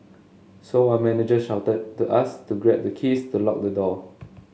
so our manager shouted to us to grab the keys to lock the door